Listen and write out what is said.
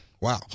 wow